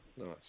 Nice